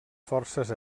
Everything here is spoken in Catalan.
forces